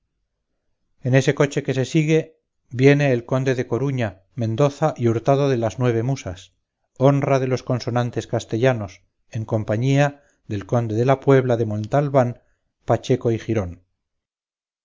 en ese coche que se sigue viene el conde de coruña mendoza y hurtado de las nueve musas honra de los consonantes castellanos en compañía del conde de la puebla de montalbán pacheco y girón